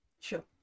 Sure